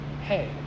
hey